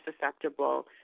susceptible